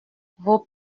vos